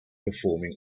performing